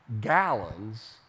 gallons